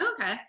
Okay